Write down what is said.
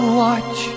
watch